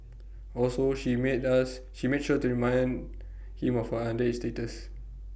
also she made us she made sure to remind him of her underage status